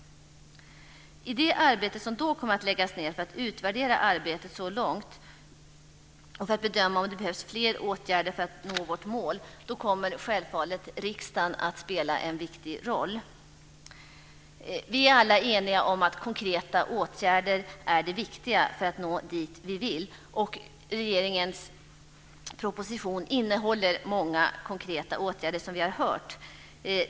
I det arbete som då kommer att läggas ned för att utvärdera arbetet så långt och för att bedöma om det behövs fler åtgärder för att nå vårt mål kommer självfallet riksdagen att spela en viktig roll. Vi är alla eniga om att konkreta åtgärder är det viktiga för att nå dit vi vill. Regeringens proposition innehåller många konkreta åtgärder, som vi har hört.